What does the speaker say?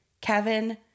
kevin